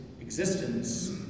existence